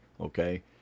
Okay